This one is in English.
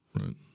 right